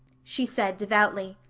she said devoutly,